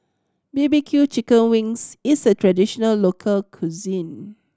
B B Q chicken wings is a traditional local cuisine